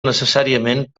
necessàriament